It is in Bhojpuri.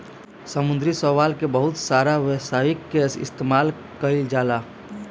समुंद्री शैवाल के बहुत सारा व्यावसायिक इस्तेमाल कईल जाला